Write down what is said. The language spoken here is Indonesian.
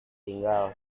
tinggal